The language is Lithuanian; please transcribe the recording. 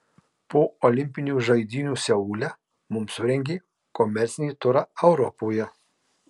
po olimpinių žaidynių seule mums surengė komercinį turą europoje